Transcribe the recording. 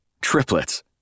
triplets